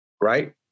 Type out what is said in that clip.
right